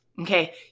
Okay